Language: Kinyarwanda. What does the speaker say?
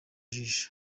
jisho